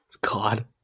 God